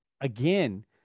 Again